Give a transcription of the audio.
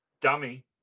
dummy